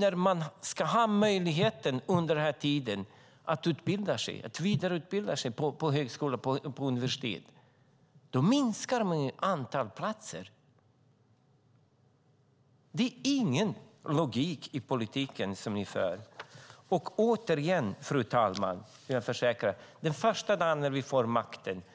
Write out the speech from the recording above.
Det är under den här tiden som man ska ha möjlighet att vidareutbilda sig på högskola och universitet, men då minskar ni antalet platser. Det finns ingen logik i den politik som ni för. Fru talman! Den första dagen när vi får makten kommer